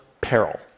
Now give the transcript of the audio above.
peril